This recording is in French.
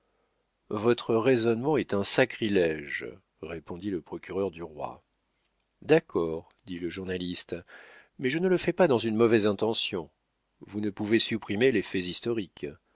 votre raisonnement est un sacrilége répondit le procureur du roi d'accord dit le journaliste mais je ne le fais pas dans une mauvaise intention vous ne pouvez supprimer les faits historiques